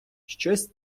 щось